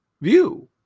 view